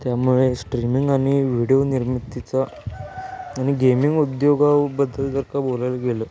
त्यामुळे स्ट्रीमिंग आणि व्हिडिओ निर्मितीचा आणि गेमिंग उद्योगाबद्दल जर का बोलायला गेलं